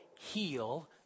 heal